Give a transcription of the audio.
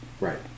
right